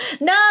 no